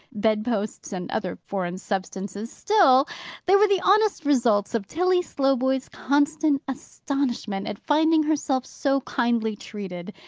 bed-posts, and other foreign substances, still they were the honest results of tilly slowboy's constant astonishment at finding herself so kindly treated,